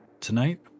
Tonight